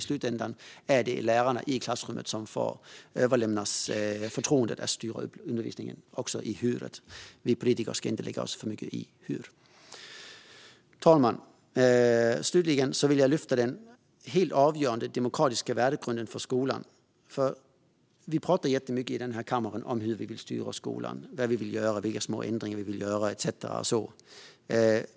I slutändan är det läraren i klassrummet som överlämnas förtroendet att styra upp undervisningen, också i "hur:et". Vi politiker ska inte lägga oss i för mycket hur det ska ske. Fru talman! Slutligen vill jag ta upp den helt avgörande demokratiska värdegrunden för skolan. Här i kammaren talar vi jättemycket om hur vi vill styra skolan, vad vi vill göra, vilka små ändringar som måste göras etcetera.